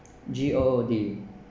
G O O D